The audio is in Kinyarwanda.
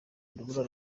urubura